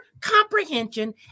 comprehension